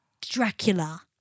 Dracula